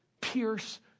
pierce